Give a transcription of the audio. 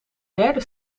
derde